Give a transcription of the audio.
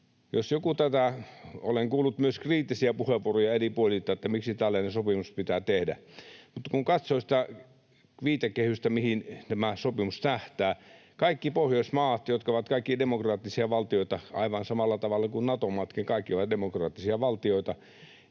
Olen kuullut myös kriittisiä puheenvuoroja eri puolilta, että miksi tällainen sopimus pitää tehdä, mutta kun katsoo sitä viitekehystä, mihin tämä sopimus tähtää — kaikki Pohjoismaat ovat demokraattisia valtioita, aivan samalla tavalla kuin Nato-maatkin, kaikki ovat demokraattisia valtioita